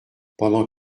pendant